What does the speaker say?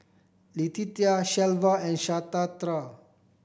Letitia Shelva and Shatara